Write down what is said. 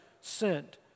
sent